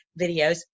videos